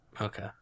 okay